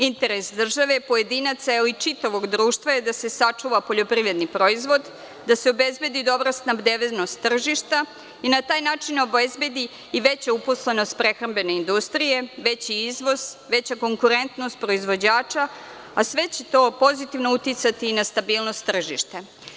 Interes države, pojedinaca ili čitavog društva je da se sačuva poljoprivredni proizvod, da se obezbedi dobra snabdevenost tržišta i na taj način da se obezbedi veća uposlenost prehrambene industrije, veći izvoz, veća konkurentnost proizvođača, a sve će to pozitivno uticati na stabilnost tržišta.